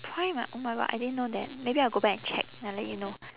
prime ah oh my god I didn't know that maybe I'll go back and check I'll let you know